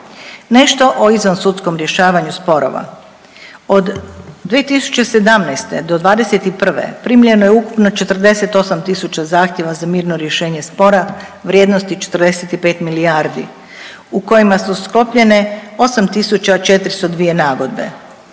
Nešto o izvansudskom rješavanju sporova. Od 2017. do '21. primljeno je ukupno 48 000 zahtjeva za mirno rješenje spora vrijednosti 45 milijardi u kojima su sklopljene 8402 nagodbe.